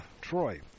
Troy